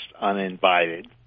uninvited